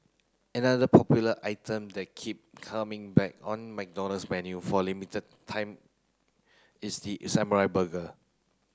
another popular item that keep coming back on McDonald's menu for a limited time is the samurai burger